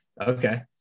Okay